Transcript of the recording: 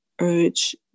urge